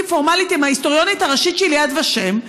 פורמלית עם ההיסטוריונית הראשית של יד ושם,